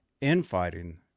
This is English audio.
infighting